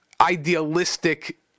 idealistic